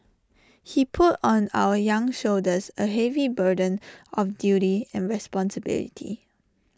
he put on our young shoulders A heavy burden of duty and responsibility